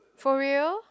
for real